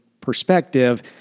perspective